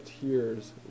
tears